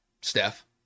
Steph